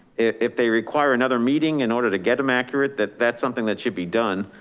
if they require another meeting in order to get them accurate, that that's something that should be done.